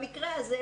במקרה הזה,